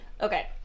Okay